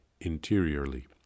interiorly